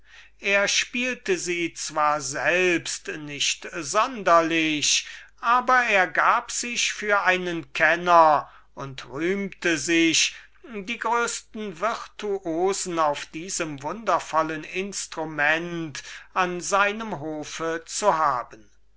er spielte sie zwar selbst nicht aber er gab sich für einen kenner und rühmte sich die größesten virtuosen auf diesem wundertätigen instrument an seinem hofe zu haben